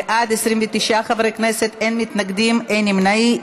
בעד, 29 חברי כנסת, אין מתנגדים, אין נמנעים.